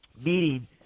meeting